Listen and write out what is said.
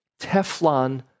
Teflon